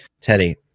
Teddy